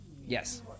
Yes